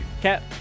Cat